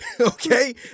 Okay